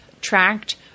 tracked